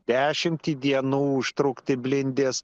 dešimtį dienų užtrukti blindės